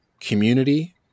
community